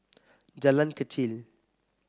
Jalan Kechil